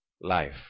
life